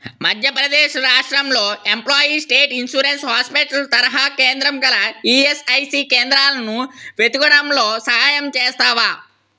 మధ్య ప్రదేశ్ రాష్ట్రంలో employees state insurance hospital తరహా కేంద్రం గల ఈఎస్ఐసి కేంద్రాలను వెతకడంలో సహాయం చేస్తావా